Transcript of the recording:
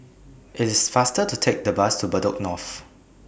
IT IS faster to Take The Bus to Bedok North